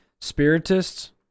spiritists